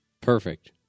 Perfect